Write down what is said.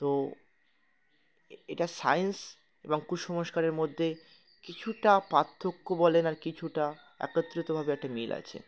তো এটা সায়েন্স এবং কুসংস্কারের মধ্যে কিছুটা পার্থক্য বলেন আর কিছুটা একত্রিতভাবে একটা মিল আছে